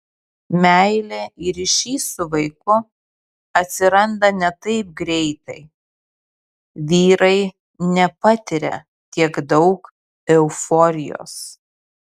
meilė ir ryšys su vaiku atsiranda ne taip greitai vyrai nepatiria tiek daug euforijos